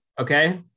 Okay